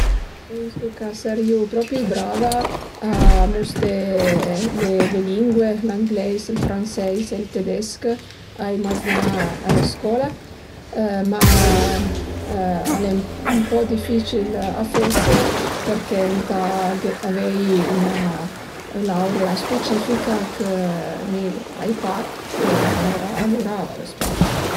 Pensu ch'a sarìu propi brava a musté le lingue, l'angleis, ël franseis e ël tedesch ai maznà a la scola, ma al e un po dificil a fese përché ëntà aghé avei 'na laurea specifica chë mi ai pa e alura pös pa